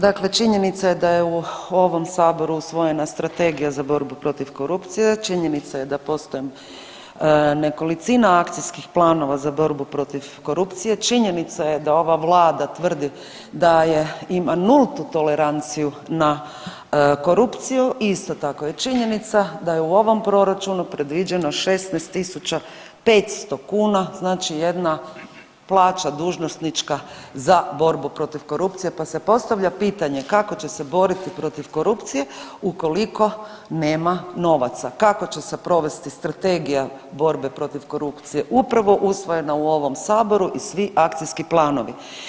Dakle, činjenica je da je u ovom saboru usvojena Strategija za borbu protiv korupcije, činjenica je da postoje nekolicina akcijskih planova za borbu protiv korupcije, činjenica je da ova vlada tvrdi da ima nultu toleranciju na korupciju, isto tako je činjenica da je u ovom proračunu predviđeno 16 tisuća 500 kuna, znači jedna plaća dužnosnička za borbu protiv korupcije, pa se postavlja pitanje kako će se boriti protiv korupcije ukoliko nema novaca, kako će se provesti Strategija borbe protiv korupcije upravo usvojena u ovom saboru i svi akcijski planovi?